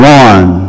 one